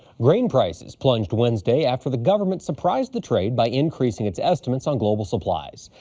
grain prices plunged wednesday after the government surprised the trade by increasing its estimates on global supplies.